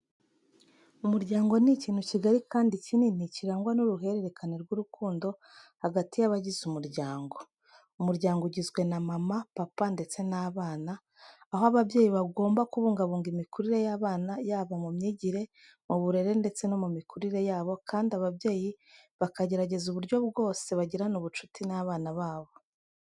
Umuryango ni ikintu kigari kandi kinini kirangwa n'uruhererekane rw'urukundo hagati yabagize umuryango. Umuryango ugizwe na mama, papa ndetse n'abana, aho ababyeyi bagomba kubungabunga imikurire y'abana yaba mu myigire, mu burere ndetse no mu mikurire yabo kandi ababyeyi bakagerageza uburyo bwose bagirana ubucuti n'abana babo.